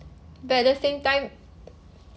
but at the same time